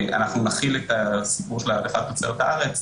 אנחנו נחיל את הסיפור של העדפת תוצרת הארץ